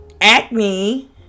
acne